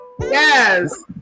yes